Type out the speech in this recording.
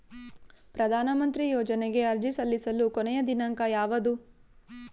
ಪ್ರಧಾನ ಮಂತ್ರಿ ಯೋಜನೆಗೆ ಅರ್ಜಿ ಸಲ್ಲಿಸಲು ಕೊನೆಯ ದಿನಾಂಕ ಯಾವದು?